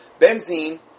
Benzene